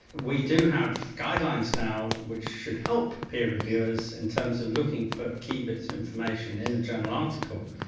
we do have guidelines now which should help peer reviewers in terms of looking for key bits of information in a journal article.